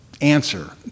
answer